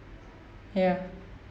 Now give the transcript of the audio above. ya